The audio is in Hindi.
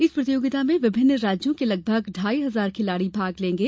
इस प्रतियोगिता में विभिन्न राज्यों के लगभग ढ़ाई हजार खिलाड़ी भाग लेगें